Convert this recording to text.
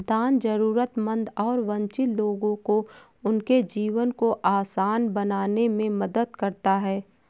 दान जरूरतमंद और वंचित लोगों को उनके जीवन को आसान बनाने में मदद करता हैं